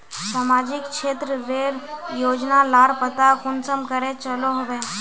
सामाजिक क्षेत्र रेर योजना लार पता कुंसम करे चलो होबे?